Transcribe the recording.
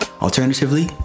Alternatively